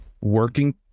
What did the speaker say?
working